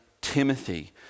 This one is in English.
Timothy